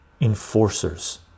enforcers